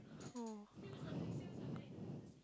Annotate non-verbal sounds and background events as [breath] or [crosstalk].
oh [breath]